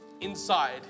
inside